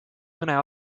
mõne